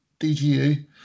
DGU